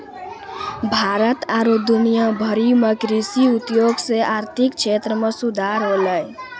भारत आरु दुनिया भरि मे कृषि उद्योग से आर्थिक क्षेत्र मे सुधार होलै